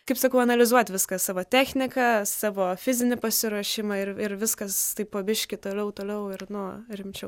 kaip sakau analizuoti viską savo techniką savo fizinį pasiruošimą ir ir viskas taip po biškį toliau toliau ir nu rimčiau